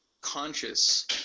conscious